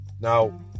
Now